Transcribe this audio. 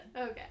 Okay